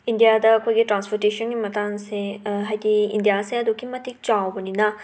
ꯏꯟꯗꯤꯌꯥꯗ ꯑꯩꯈꯣꯏꯒꯤ ꯇ꯭ꯔꯥꯟꯁꯐꯨꯇꯦꯁꯟꯒꯤ ꯃꯇꯥꯡꯁꯦ ꯍꯥꯏꯗꯤ ꯏꯟꯗꯤꯌꯥꯁꯦ ꯑꯗꯨꯛꯀꯤ ꯃꯇꯤꯛ ꯆꯥꯎꯕꯅꯤꯅ